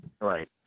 right